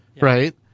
right